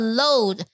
load